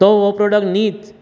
तो हो प्रोडक्ट न्हीच